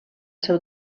seu